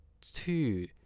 two